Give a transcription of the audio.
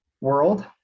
World